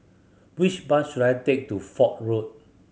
which bus should I take to Fort Road